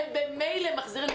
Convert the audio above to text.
הם ממילא מחזירים את הכסף.